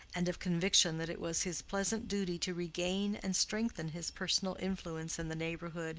and of conviction that it was his pleasant duty to regain and strengthen his personal influence in the neighborhood,